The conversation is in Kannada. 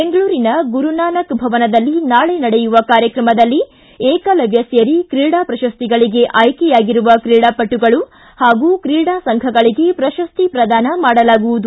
ಬೆಂಗಳೂರಿನ ಗುರುನಾನಕ ಭವನದಲ್ಲಿ ನಾಳೆ ನಡೆಯುವ ಕಾರ್ಯಕ್ರಮದಲ್ಲಿ ಏಕಲವ್ದ ಸೇರಿ ಕ್ರೀಡಾ ಪ್ರಶಸ್ತಗಳಗೆ ಆಯ್ಕೆಯಾಗಿರುವ ಕ್ರೀಡಾಪಟುಗಳು ಹಾಗೂ ಕ್ರೀಡಾ ಸಂಘಗಳಿಗೆ ಪ್ರಶಸ್ತಿ ಪ್ರದಾನ ಮಾಡಲಾಗುವುದು